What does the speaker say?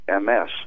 MS